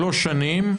שלוש שנים,